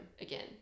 again